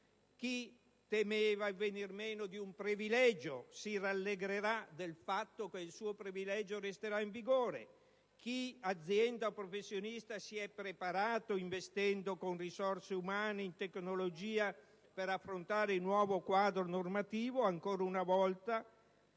Chi temeva il venir meno di un privilegio si rallegrerà del fatto che il suo privilegio resterà in vigore. Chi, azienda o professionista, si è preparato investendo con risorse umane in tecnologia per affrontare il nuovo quadro normativo, ancora una volta